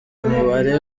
umubare